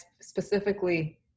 specifically